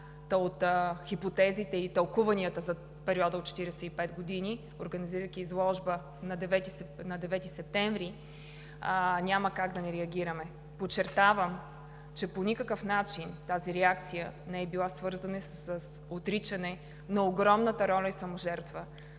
от хипотезите и тълкуванията за периода от 45 години, организирайки изложба на 9 септември, няма как да не реагираме. Подчертавам, че по никакъв начин тази реакция не е била свързана с отричане на огромната роля и саможертва,